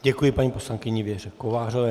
Děkuji paní poslankyni Věře Kovářové.